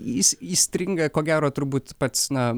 jis įstringa ko gero turbūt pats na